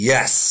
Yes